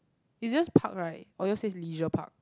is just park right or yours says leisure park